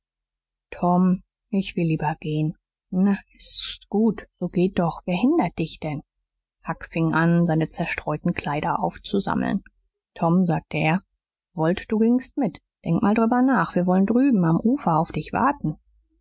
tom ich will lieber gehen na s ist gut so geh doch wer hindert dich denn huck fing an seine zerstreuten kleider aufzusammeln tom sagte er wollt du gingst mit denk mal drüber nach wir wollen drüben am ufer auf dich warten